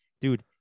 dude